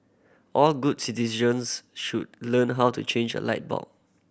all good citizens should learn how to change a light bulb